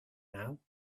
now